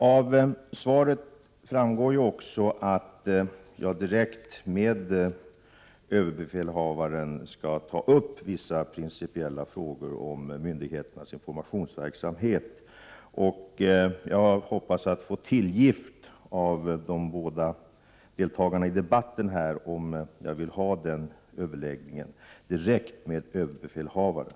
Av svaret framgår ju också att jag direkt med överbefälhavaren skall ta upp vissa principiella frågor om myndigheternas informationsverksamhet, och jag hoppas på tillgift från de båda deltagarna i debatten om jag vill föra den överläggningen direkt med överbefälhavaren.